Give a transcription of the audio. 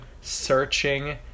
searching